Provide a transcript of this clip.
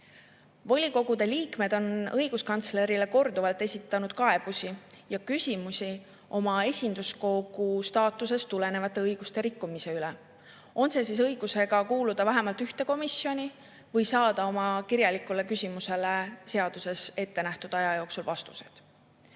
Volikogude liikmed on õiguskantslerile korduvalt esitanud kaebusi ja küsimusi oma esinduskogu staatusest tulenevate õiguste rikkumise kohta, on see siis õigus kuuluda vähemalt ühte komisjoni või õigus saada oma kirjalikule küsimusele seaduses ettenähtud aja jooksul vastus.